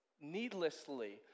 needlessly